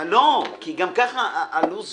וגם ככה הלו"ז